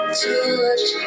touch